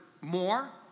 more